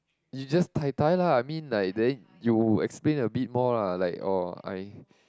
you just tai-tai lah I mean like then you explain a bit more lah like oh I